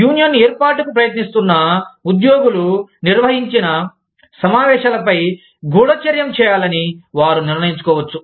union ఏర్పాటుకు ప్రయత్నిస్తున్న ఉద్యోగులు నిర్వహించిన సమావేశాలపై గూఢ చర్యం చేయాలని వారు నిర్ణయించుకోవచ్చు